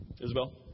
Isabel